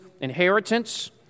inheritance